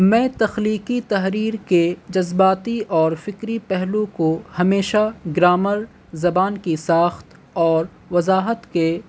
میں تخلیقی تحریر کے جذباتی اور فکری پہلو کو ہمیشہ گرامر زبان کی ساخت اور وضاحت کے